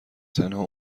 تنها